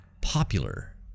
popular